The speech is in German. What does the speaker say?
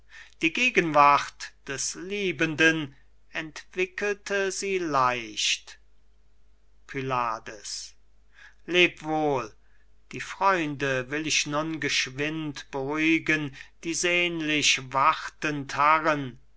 die gegenwart des liebenden entwickelte sie leicht pylades leb wohl die freunde will ich nun geschwind beruhigen die sehnlich wartend harren